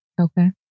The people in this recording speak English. Okay